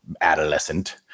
adolescent